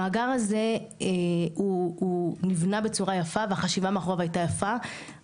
המאגר הזה הוא נבנה בצורה יפה והחשיבה מאחוריו הייתה יפה,